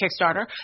Kickstarter